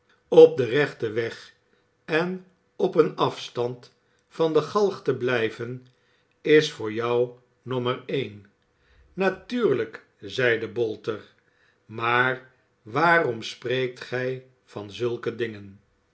op den rechten weg en op een afstand van de galg te blijven is voor jou nommer één natuurlijk zeide bolter maar waarom spreekt gij van zulke dingen